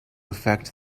affect